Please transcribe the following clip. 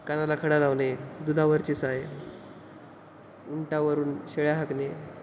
कानाला खडा लावणे दुधावरची साय उंटावरून शेळ्या हाकणे